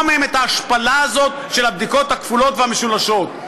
מהם את ההשפלה הזאת של הבדיקות הכפולות והמשולשות.